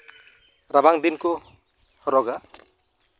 ᱨᱟᱵᱟᱝ ᱫᱤᱱ ᱠᱚ ᱦᱚᱨᱚᱜᱟ